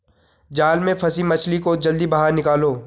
जाल में फसी मछली को जल्दी बाहर निकालो